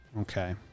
Okay